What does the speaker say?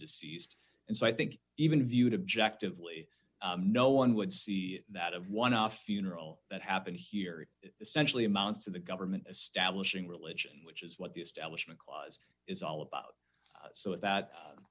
deceased and so i think even viewed objective lee no one would see that of one up funeral that happened here essentially amounts to the government establishing religion which is what the establishment clause is all about so that